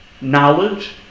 knowledge